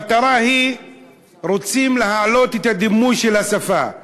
המטרה היא להעלות את הדימוי של השפה,